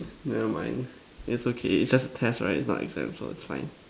never mind it's okay its just a test right not exam so it's fine